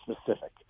specific